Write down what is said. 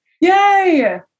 Yay